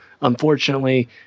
unfortunately